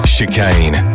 Chicane